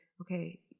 okay